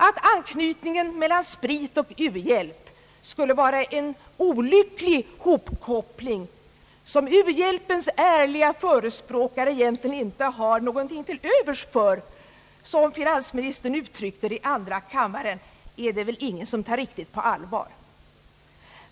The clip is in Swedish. Att anknytningen mellan sprit och uhjälp skulle vara »en olycklig hopkoppling, som u-hjälpens ärliga förespråkare egentligen inte har någonting till övers för», som finansministern uttryckte det i andra kammaren, är det väl ingen som tar riktigt på allvar.